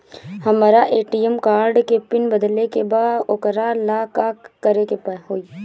हमरा ATM card के PIN बदले के बा वोकरा ला का करे के होई?